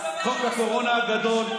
חוק הקורונה הגדול,